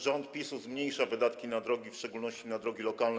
Rząd PiS-u zmniejsza wydatki na drogi, w szczególności na drogi lokalne.